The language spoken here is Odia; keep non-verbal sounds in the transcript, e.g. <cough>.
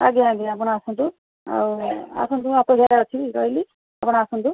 ଅଜ୍ଞା ଅଜ୍ଞା ଆପଣ ଆସନ୍ତୁ ଆଉ ଆସନ୍ତୁ <unintelligible> ଅଛି ରହିଲି ଆପଣ ଆସନ୍ତୁ